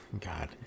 god